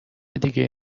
دیگه